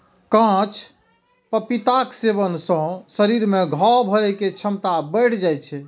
कांच पपीताक सेवन सं शरीर मे घाव भरै के क्षमता बढ़ि जाइ छै